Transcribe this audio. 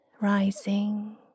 rising